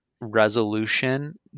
resolution